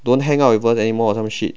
don't hang out with us anymore or some shit